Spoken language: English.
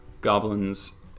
Goblins